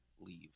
leave